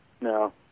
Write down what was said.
No